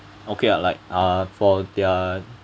okay ah like uh for their